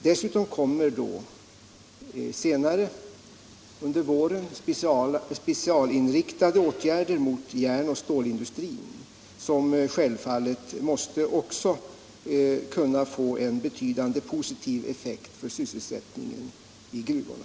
Dessutom kommer senare under våren specialinriktade åtgärder för järn och stålindustrin som självfallet också måste få en betydande positiv effekt för sysselsättningen i gruvorna.